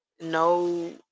no